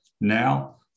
now